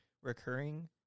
recurring